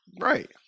Right